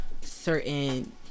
certain